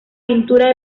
pintura